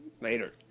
later